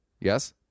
Yes